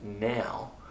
now